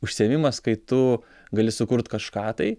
užsiėmimas kai tu gali sukurt kažką tai